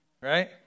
right